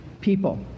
people